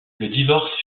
divorce